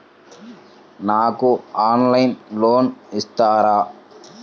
నాకు ఆన్లైన్లో లోన్ ఇస్తారా?